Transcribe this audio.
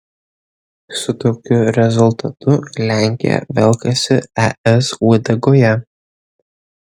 su tokiu rezultatu lenkija velkasi es uodegoje